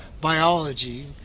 biology